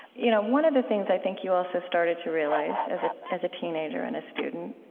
you know one of the things i think you also started to realize as ah as a teenager and a student